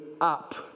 up